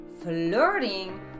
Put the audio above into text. flirting